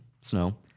snow